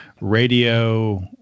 radio